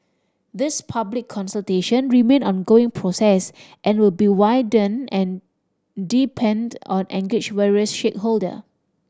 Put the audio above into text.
these public consultation remain an ongoing process and will be widened and deepened or engage various stakeholder